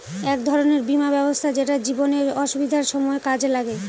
এক ধরনের বীমা ব্যবস্থা যেটা জীবনে অসুবিধার সময় কাজে লাগে